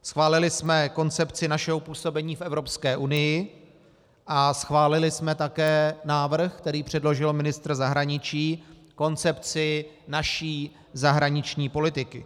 Schválili jsme koncepci našeho působení v Evropské unii a schválili jsme také návrh, který předložil ministr zahraničí, koncepci naší zahraniční politiky.